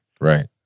Right